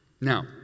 Now